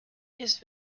his